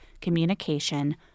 communication